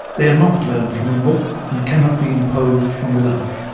they are not learnt from a book and cannot be imposed from without.